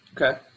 Okay